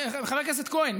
חבר הכנסת כהן?